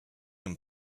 and